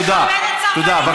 תודה רבה.